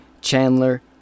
Chandler